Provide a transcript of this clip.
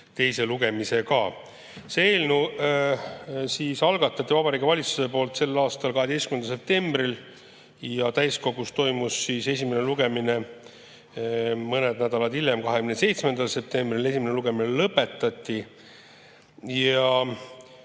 teise lugemisega. Eelnõu algatas Vabariigi Valitsus selle aasta 12. septembril ja täiskogus toimus esimene lugemine mõned nädalad hiljem, 27. septembril. Esimene lugemine lõpetati.